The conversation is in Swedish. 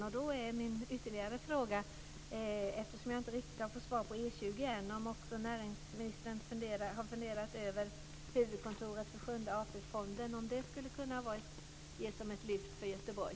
Jag har inte riktigt fått svar på frågan om E 20 ännu, och detta är ytterligare en fråga: Har näringsministern funderat över om huvudkontoret för sjunde AP-fonden skulle kunna ges som ett lyft till Göteborg?